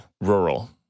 rural